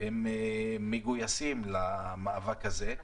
את שמעת מהם מגויסים למאבק הזה,